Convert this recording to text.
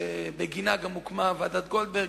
שבגינה גם הוקמה ועדת-גולדברג,